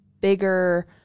bigger